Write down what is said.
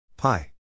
Pi